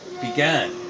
began